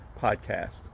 Podcast